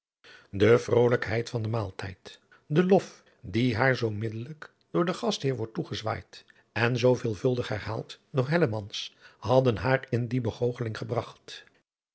de vrolijkheid van den maaltijd de lof die haar zoo mildelijk door den gastheer word toegezwaaid en zoo veelvuldig herhaald door hellemans hadden haar in die begoocheling gebragt